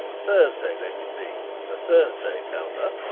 thursday let it be a thursday, tell her,